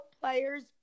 players